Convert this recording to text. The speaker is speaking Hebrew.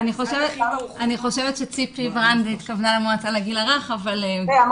התכוונתי למועצה לגיל הרך.